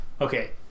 okay